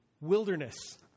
wilderness